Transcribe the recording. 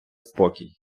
спокій